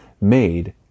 made